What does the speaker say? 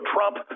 Trump